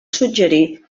suggerir